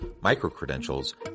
micro-credentials